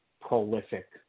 prolific